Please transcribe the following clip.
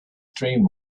dreams